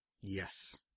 Yes